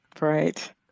Right